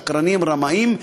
שקרנים רמאים,